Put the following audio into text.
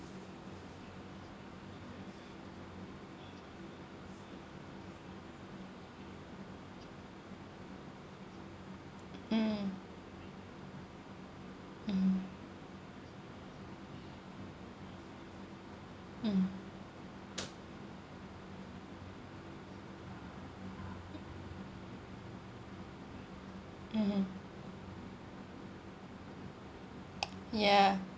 mm mm mm mmhmm ya